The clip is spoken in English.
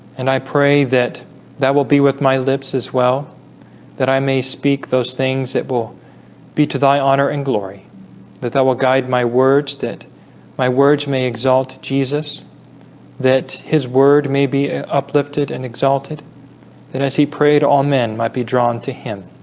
and i pray that that will be with my lips as well that i may speak those things that will be to thy honor and glory that that will guide my words that my words may exalt jesus that his word may be uplifted and exalted and as he prayed all men might be drawn to him